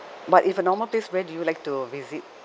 but if a normal place where do you like to visit